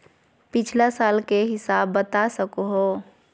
पिछला साल के हिसाब बता सको हो?